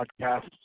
podcasts